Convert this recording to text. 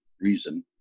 reason